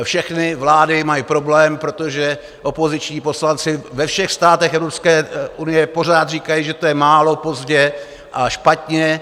Všechny vlády mají problém, protože opoziční poslanci ve všech státech Evropské unie pořád říkají, že to je málo, pozdě, špatně.